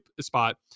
spot